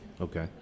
Okay